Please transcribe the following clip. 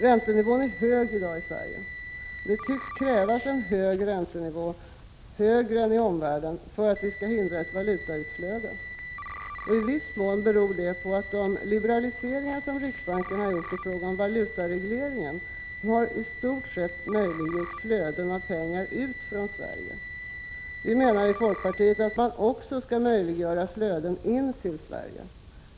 Räntenivån är hög i Sverige. Det tycks krävas en räntenivå som är ett par procentenheter högre i Sverige än i omvärlden för att vi skall hindra ett valutautflöde. I viss mån beror detta på att de liberaliseringar som riksbanken gjort i fråga om valutaregleringen mest har möjliggjort flöden ut från Sverige. Vi i folkpartiet tycker att man också skall möjliggöra flöden till Sverige.